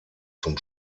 zum